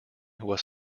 was